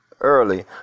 early